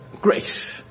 grace